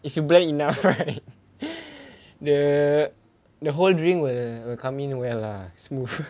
if you blend enough right the the whole drink will will come in well lah smooth